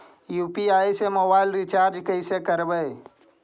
UPI से mobile recharge कैसे करबइ?